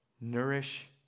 Nourish